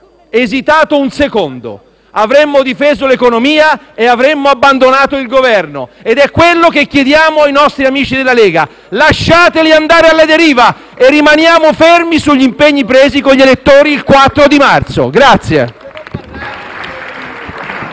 esitato un solo istante: avremmo difeso l'economia e avremmo abbandonato il Governo. E questo chiediamo ai nostri amici della Lega: lasciateli andare alla deriva e rimaniamo fermi sugli impegni presi con gli elettori il 4 marzo.